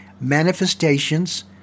manifestations